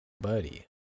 Buddy